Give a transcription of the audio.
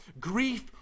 grief